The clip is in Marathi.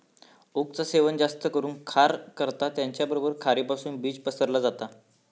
ओकचा सेवन जास्त करून खार करता त्याचबरोबर खारीपासुन बीज पसरला जाता